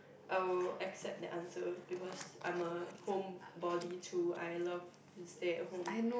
I will accept the answer because I am a homebody too I love to stay home